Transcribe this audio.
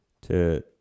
to